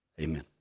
Amen